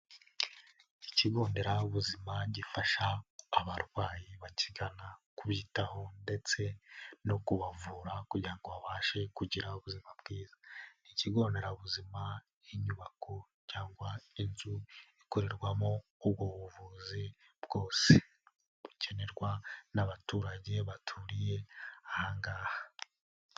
Ikigo nderabuzima gifasha abarwayi bakigana kubitaho ndetse no kubavura kugira ngo babashe kugira ubuzima bwiza, ikigo nderabuzima ni inyubako cyangwa inzu ikorerwamo ubu buvuzi bwose bukenerwa n'abaturage baturiye aha ngaha.